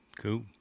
Cool